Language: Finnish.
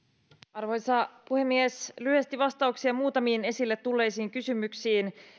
arvoisa puhemies lyhyesti vastauksia muutamiin esille tulleisiin kysymyksiin